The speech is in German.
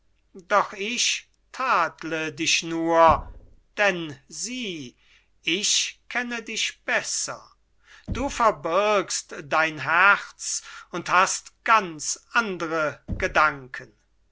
doch ich tadle dich nur denn sieh ich kenne dich besser du verbirgst dein herz und hast ganz andre gedanken